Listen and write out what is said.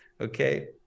okay